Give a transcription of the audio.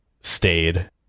stayed